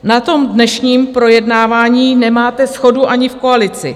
Na dnešním projednávání nemáte shodu ani v koalici.